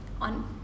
on